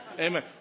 Amen